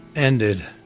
ended.